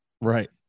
Right